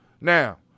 Now